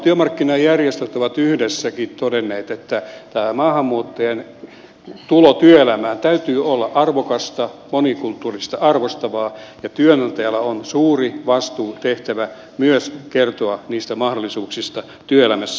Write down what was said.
työmarkkinajärjestöt ovat yhdessäkin todenneet että maahanmuuttajien tulon työelämään täytyy olla arvokasta monikulttuurisuutta arvostavaa ja työnantajalla on suuri vastuutehtävä myös kertoa niistä mahdollisuuksista työelämässä